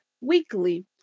weekly